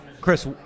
Chris